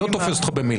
לא תופס אותך במילה.